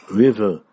river